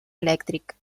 elèctric